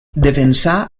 defensà